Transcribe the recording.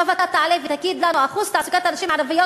עכשיו אתה תעלה ותגיד לנו: אחוז תעסוקת הנשים הערביות,